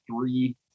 three